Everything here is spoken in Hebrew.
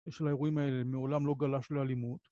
אני חשבתי שהיא הולכת לקניות בעבר הרחוק